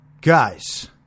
Guys